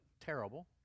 terrible